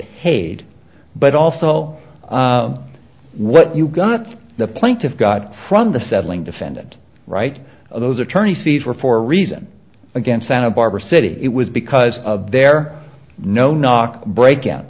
paid but also what you got the plaintiff got from the settling defendant right of those attorney fees were for a reason again santa barbara city it was because of their no knock breakout